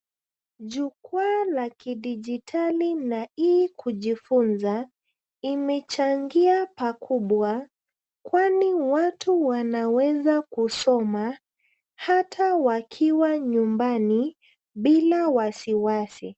Jukwaa la kidijitali la e-kujifunza, imechangia pakubwa, kwani watu wanaweza kusoma hata wakiwa nyumbani bila wasiwasi.